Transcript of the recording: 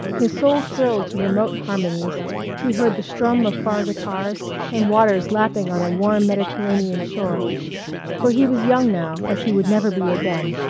his soul thrilled to remote harmonies he heard the strum of far guitars and waters lapping on a warm mediterranean shore for he was young now as he would never be again,